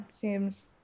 seems